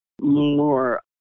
more